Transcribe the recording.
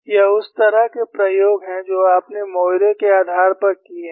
यह उस तरह के प्रयोग हैं जो आपने मोइरे के आधार पर किए हैं